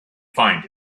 find